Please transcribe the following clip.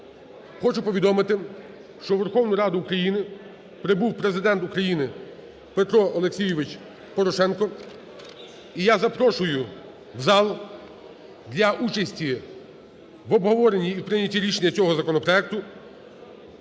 хочу повідомити, що у Верховну Раду України прибув Президент України Петро Олексійович Порошенко. І я запрошую в зал для участі в обговоренні і прийнятті рішення цього законопроекту